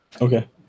Okay